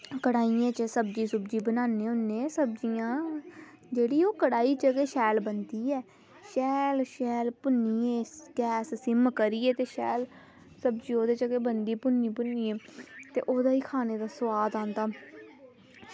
कड़ाहियें च सब्ज़ी बनान्ने होन्ने सब्ज़ियां जेह्ड़ी कढ़ाही च गै शैल बनदी ऐ शैल शैल भुन्नियै गैस सिम करियै ते शैल सब्ज़ी ओह्दे च गै बनदी भुन्नी भुन्नियै ते ओह्दे ई खानै दा सोआद आंदा